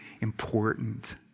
important